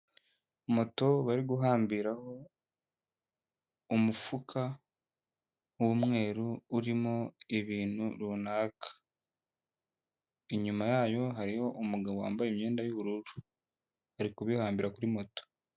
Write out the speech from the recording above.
Moto bari guhambiraho umufuka w'umweru urimo ibintu runaka, inyuma yayo hariho umugabo wambaye imyenda y'ubururu ari kubihambira kuri moto.